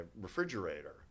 refrigerator